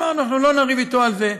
אמרנו: אנחנו לא נריב אתו על זה.